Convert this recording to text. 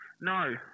No